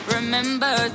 Remember